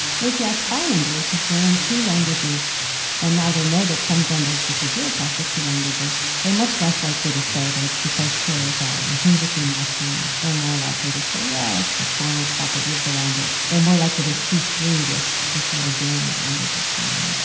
but if you ask bilinguals, who have learned two languages and now they know that some genders disagree across the two languages, they're much less likely to say that it's because chairs are intrinsically masculine. they're more likely to say, well, it's a formal property of the language. they're more likely to see through this this little game that language has played on them